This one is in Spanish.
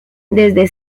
desde